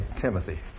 Timothy